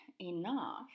enough